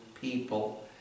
people